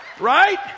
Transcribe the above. Right